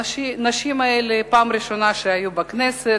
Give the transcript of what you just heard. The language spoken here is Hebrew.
הנשים האלה, פעם ראשונה שהיו בכנסת,